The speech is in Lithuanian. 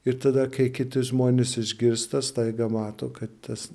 ir tada kai kiti žmonės išgirsta staiga mato kad tas